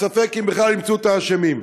ספק אם בכלל ימצאו את האשמים.